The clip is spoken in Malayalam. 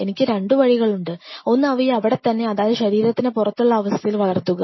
എനിക്ക് രണ്ടു വഴികൾ ഉണ്ട് ഒന്ന് അവയെ അവിടെത്തന്നെ അതായത് ശരീരത്തിന് പുറത്തുള്ള അവസ്ഥയിൽ വളർത്തുക